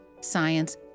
science